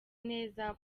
neza